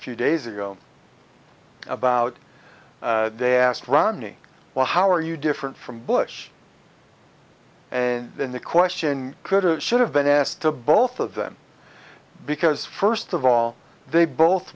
few days ago about they asked romney well how are you different from bush and then the question should have been asked to both of them because first of all they both